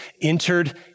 entered